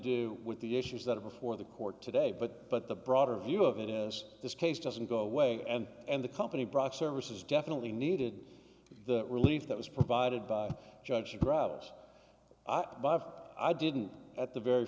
do with the issues that are before the court today but but the broader view of it as this case doesn't go away and and the company brock services definitely needed the relief that was provided by judge brothers i didn't at the